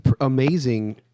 amazing